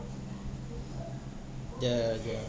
the the